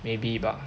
maybe bah